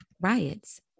riots